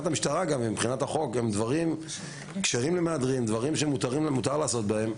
החוק והמשטרה הם כשרים למהדרין ומותר לעשות אותם.